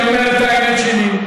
אני אומר את האמת שלי,